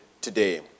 today